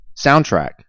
soundtrack